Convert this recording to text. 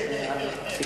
כן, הבנתי.